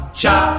cha